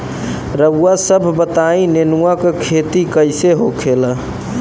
रउआ सभ बताई नेनुआ क खेती कईसे होखेला?